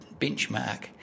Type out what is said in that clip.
benchmark